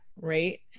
right